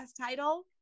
title